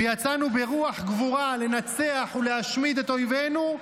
ויצאנו ברוח גבורה לנצח ולהשמיד את אויבינו,